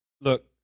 look